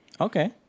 Okay